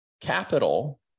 capital